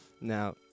now